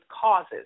causes